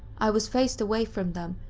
i was faced away from them,